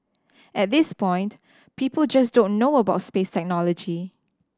at this point people just don't know about space technology